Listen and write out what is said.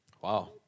Wow